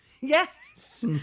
Yes